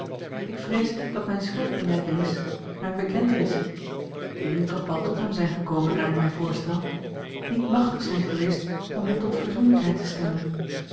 ik vrees dat mijne schuldbelijdenis mijne bekentenissen die nu toch wel tot hem zijn gekomen naar ik mij voorstel niet machtig zijn geweest om hem tot verzoenlijkheid te stemmen